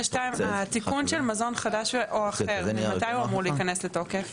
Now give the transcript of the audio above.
מזון חדש או אחר, מתי הוא אמור להיכנס לתוקף?